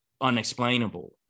unexplainable